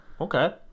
Okay